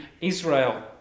Israel